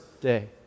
day